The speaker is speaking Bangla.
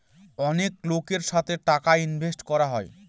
অনেক লোকের সাথে টাকা ইনভেস্ট করা হয়